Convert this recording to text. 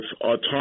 autonomy